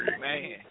Man